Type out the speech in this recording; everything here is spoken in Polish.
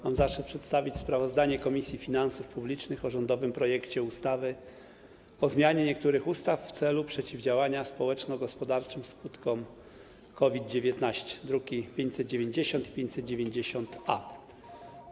Mam zaszczyt przedstawić sprawozdanie Komisji Finansów Publicznych o rządowym projekcie ustawy o zmianie niektórych ustaw w celu przeciwdziałania społeczno-gospodarczym skutkom COVID-19, druki nr 590 i 590-A.